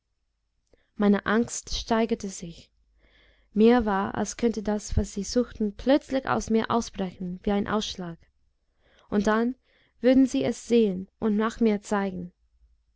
meine angst steigerte sich mir war als könnte das was sie suchten plötzlich aus mir ausbrechen wie ein ausschlag und dann würden sie es sehen und nach mir zeigen